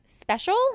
special